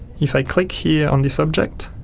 if i click here on this object,